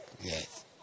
Yes